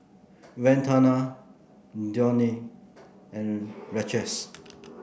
Vandana Dhoni and Rajesh